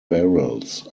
barrels